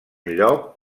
lloc